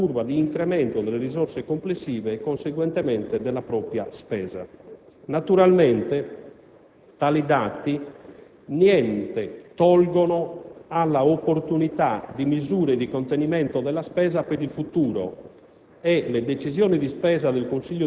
con l'obiettivo di ridurre negli anni la curva di incremento delle risorse complessive e, conseguentemente, della propria spesa. Naturalmente, tali dati nulla tolgono all'opportunità di misure di contenimento della spesa per il futuro